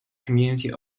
community